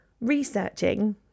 researching